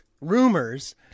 rumors